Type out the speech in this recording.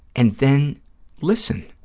and then listen.